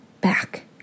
back